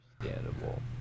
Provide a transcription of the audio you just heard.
understandable